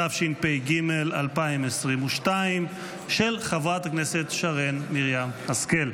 התשפ"ג 2022,של חברת הכנסת שרן מרים השכל.